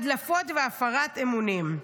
הדלפות והפרת אמונים.